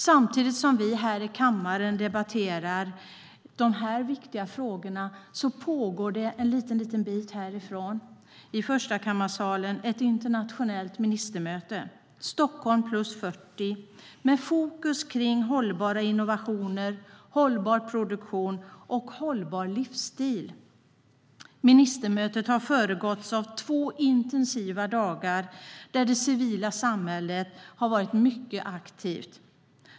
Samtidigt som vi här i kammaren debatterar de här viktiga frågorna pågår en liten bit härifrån, i förstakammarsalen, ett internationellt ministermöte - Stockholm + 40 med fokus på hållbara innovationer, hållbar produktion och hållbar livsstil. Ministermötet har föregåtts av två intensiva dagar då det civila samhället varit mycket aktivt.